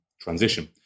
transition